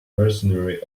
mercenary